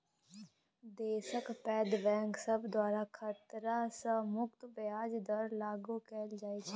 देशक पैघ बैंक सब द्वारा खतरा सँ मुक्त ब्याज दर लागु कएल जाइत छै